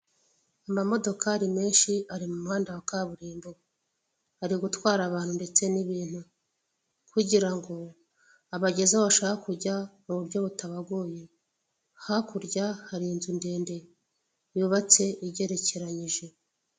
Amamodokari menshi ari mu muhanda wa kaburimbo ari gutwara abantu ndetse n'ibintu kugira ngo abageze aho bashaka kujya mu buryo butabagoye, hakurya hari inzu ndende yubatse igerekeranyije.